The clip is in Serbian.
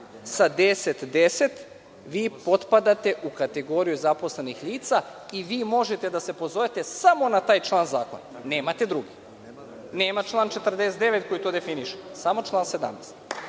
sa 1010 vi potpadate u kategoriju zaposlenih lica i vi možete da se pozovete samo na taj član zakona. Nemate druge. Nema član 49. koji to definiše. Samo član 17.